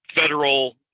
federal